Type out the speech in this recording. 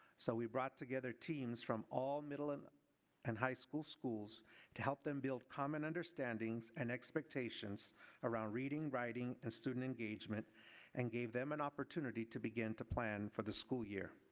so we brought together teams from all middle and and high school schools to help them build common understandings and expectations around reading, writing, and student engagement and gave them an opportunity to begin to plan for the school year.